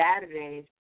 Saturdays